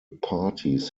parties